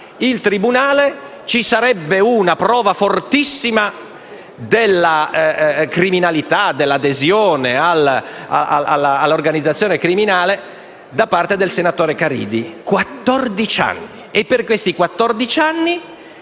il tribunale, vi sarebbe stata una prova fortissima dell'adesione all'organizzazione criminale da parte del senatore Caridi. Quattordici anni!